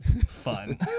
Fun